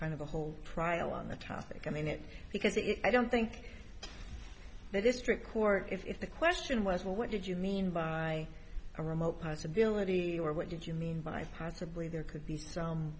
kind of a whole trial on the topic i mean it because it i don't think the district court if the question was well what did you mean by a remote possibility or what did you mean by possibly there could be so